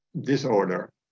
disorder